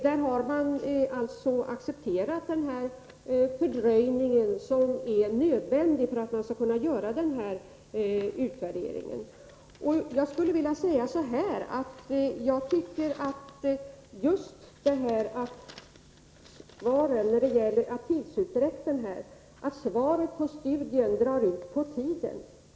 Där har man alltså accepterat fördröjningen, som är nödvändig för att man skall kunna göra en utvärdering. Man säger att svaret på studien drar ut på tiden.